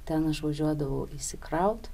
ten aš važiuodavau įsikraut